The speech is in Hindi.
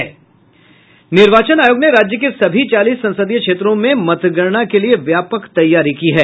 निर्वाचन आयोग ने राज्य के सभी चालीस संसदीय क्षेत्रों में मतगणना के लिए व्यापक तैयारी की है